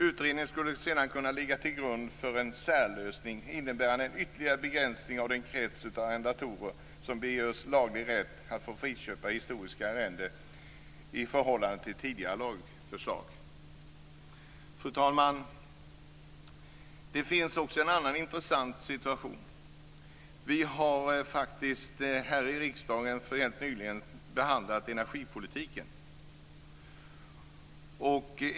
Utredningen skulle sedan kunna ligga till grund för en särlösning innebärande en ytterligare begränsning, i förhållande till tidigare lagförslag, av den krets av arrendatorer som begär laglig rätt att friköpa historiska arrenden. Fru talman! Det finns också en annan intressant situation. Helt nyligen behandlade riksdagen energipolitiken.